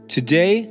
Today